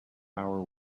hour